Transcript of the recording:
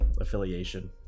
affiliation